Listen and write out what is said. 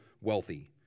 wealthy